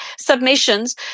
submissions